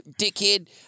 dickhead